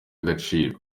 agaciro